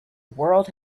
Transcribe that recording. world